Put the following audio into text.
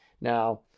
Now